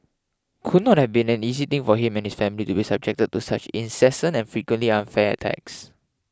could not have been an easy thing for him and his family to be subjected to such incessant and frequently unfair attacks